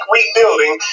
Rebuilding